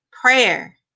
prayer